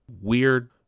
weird